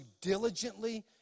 diligently